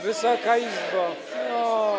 Wysoka Izbo!